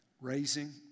raising